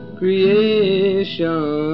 creation